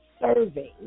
serving